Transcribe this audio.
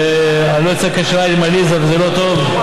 אני לא יוצר קשר עין עם עליזה וזה לא טוב.